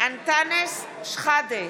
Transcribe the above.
אנטאנס שחאדה,